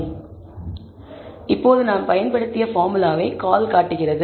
இப்போது நாம் பயன்படுத்திய பார்முலாவை கால் காட்டுகிறது